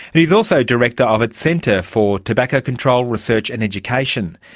he is also director of its centre for tobacco control, research and education.